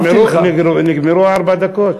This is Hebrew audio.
נגמרו ארבע הדקות?